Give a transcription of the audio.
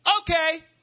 Okay